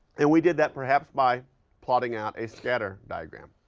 and we did that, perhaps, by plotting out a scatter diagram.